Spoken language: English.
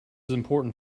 important